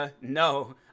no